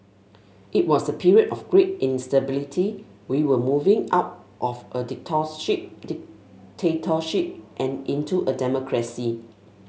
it was a period of great instability we were moving out of a dictatorship dictatorship and into a democracy